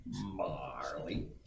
Marley